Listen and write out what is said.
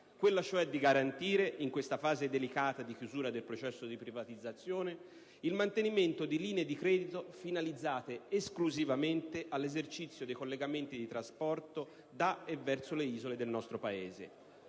quella cioè di garantire in questa fase delicata di chiusura del processo di privatizzazione il mantenimento di linee di credito finalizzate esclusivamente all'esercizio dei collegamenti di trasporto da e verso le isole del nostro Paese.